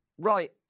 right